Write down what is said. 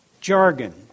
jargon